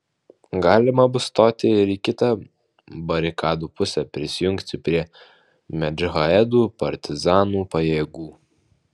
galima bus stoti ir į kitą barikadų pusę prisijungti prie modžahedų partizanų pajėgų